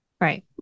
Right